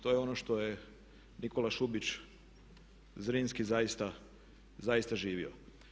To je ono što je Nikola Šubić Zrinski zaista živio.